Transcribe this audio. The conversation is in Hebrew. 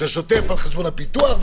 שהשוטף על חשבון הפיתוח,